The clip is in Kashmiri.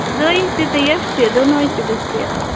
زٲیِج تہِ تہٕ ویٚٹھۍ تہِ دۄنوے چھِ دٔستیاب